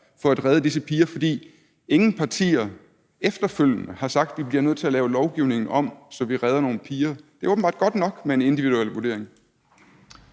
for at redde disse piger. For ingen partier har efterfølgende sagt, at vi bliver nødt til at lave lovgivningen om, så vi redder nogle piger. Det er åbenbart godt nok med en individuel vurdering.